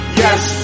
yes